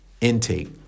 intake